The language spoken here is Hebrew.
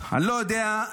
אני לא יודע.